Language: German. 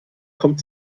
kommt